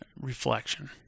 reflection